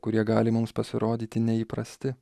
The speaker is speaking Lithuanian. kurie gali mums pasirodyti neįprasti